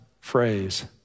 phrase